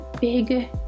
big